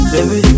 Baby